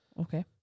Okay